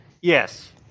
Yes